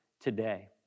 today